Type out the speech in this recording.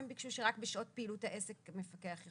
הם ביקשו שרק בשעות פעילות העסק המפקח יוכל להיכנס.